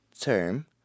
term